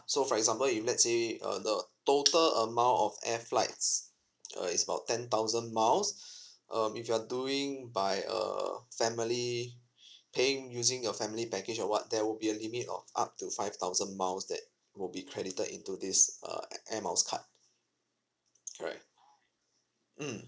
so for example if let's say uh the total amount of air flights uh is about ten thousand miles um if you're doing by err family paying using your family package or what there will be a limit of up to five thousand miles that will be credited into this err air miles card correct mm